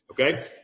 Okay